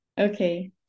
Okay